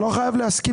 לא לפחד,